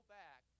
back